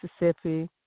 Mississippi